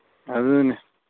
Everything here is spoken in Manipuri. ꯑꯗꯨꯅꯤ